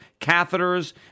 catheters